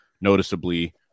noticeably